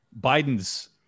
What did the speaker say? Biden's